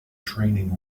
training